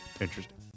Interesting